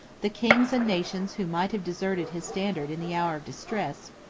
the kings and nations who might have deserted his standard in the hour of distress,